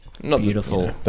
Beautiful